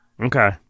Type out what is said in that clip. Okay